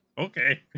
Okay